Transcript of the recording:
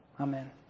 Amen